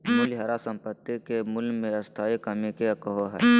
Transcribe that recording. मूल्यह्रास संपाति के मूल्य मे स्थाई कमी के कहो हइ